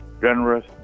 generous